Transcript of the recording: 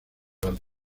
las